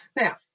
Now